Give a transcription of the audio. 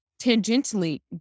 tangentially